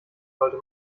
sollte